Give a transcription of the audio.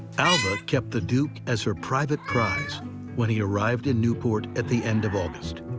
alva kept the duke as her private prize when he arrived in newport at the end of august.